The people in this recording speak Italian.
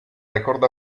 record